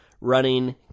running